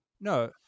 No